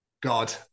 God